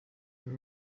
and